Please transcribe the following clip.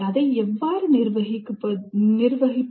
அதை எவ்வாறு நிர்வகிப்பது